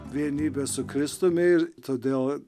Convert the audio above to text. vienybė su kristumi ir todėl